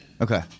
Okay